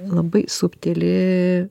labai subtili